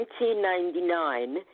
1999